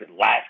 last